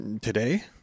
Today